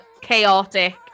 chaotic